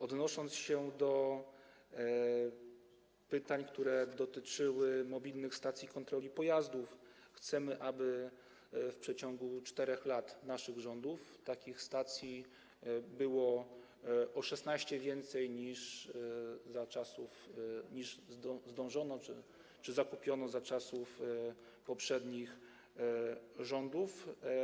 Odnosząc się do pytań, które dotyczyły mobilnych stacji kontroli pojazdów - chcemy, aby w przeciągu 4 lat naszych rządów takich stacji było o 16 więcej niż tych, które zdążono zakupić czy zakupiono za czasów poprzednich rządów.